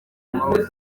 amahoro